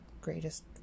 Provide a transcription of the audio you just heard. greatest